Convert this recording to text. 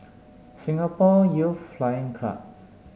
Singapore Youth Flying Club